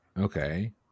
Okay